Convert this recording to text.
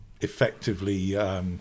effectively